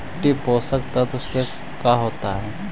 मिट्टी पोषक तत्त्व से का होता है?